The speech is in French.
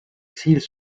cils